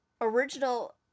original